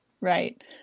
Right